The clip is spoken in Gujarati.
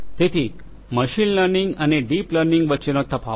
તેથી મશીન લર્નિંગ અને ડીપ લર્નિંગ વચ્ચેનો તફાવત